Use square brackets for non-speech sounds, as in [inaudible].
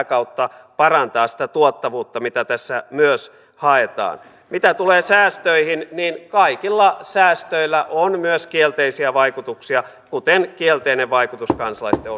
[unintelligible] kautta parantaa sitä tuottavuutta mitä tässä myös haetaan mitä tulee säästöihin niin kaikilla säästöillä on myös kielteisiä vaikutuksia kuten kielteinen vaikutus kansalaisten [unintelligible]